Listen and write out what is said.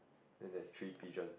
then there is three pigeon